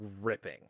ripping